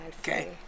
Okay